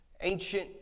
Ancient